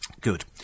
Good